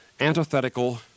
antithetical